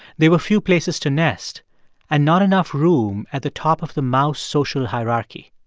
there were few places to nest and not enough room at the top of the mouse social hierarchy.